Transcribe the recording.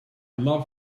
love